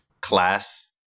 class